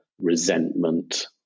resentment